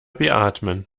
beatmen